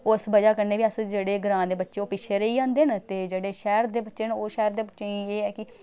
उस बजह कन्नै बी अस जेह्ड़े ग्रांऽ दे बच्चे ओह् पिच्छे रेही जंदे न ते जेह्ड़े शैह्र दे बच्चे न ओह् शैह्र दे बच्चें गी एह् ऐ कि